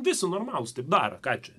visi normalūs taip daro ką čia